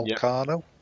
Volcano